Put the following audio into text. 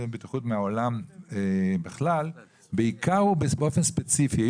בטיחות מהעולם בעיקר ובאופן ספציפי.